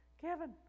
Kevin